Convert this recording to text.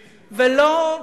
ולא,